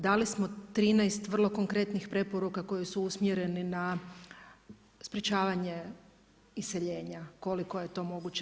Dali smo 13 vrlo konkretnih preporuka koji su usmjereni na sprječavanje iseljenja koliko je to moguće.